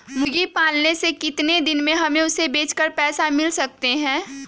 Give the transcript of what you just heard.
मुर्गी पालने से कितने दिन में हमें उसे बेचकर पैसे मिल सकते हैं?